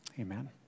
amen